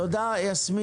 תודה, יסמין.